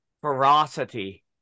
ferocity